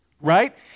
right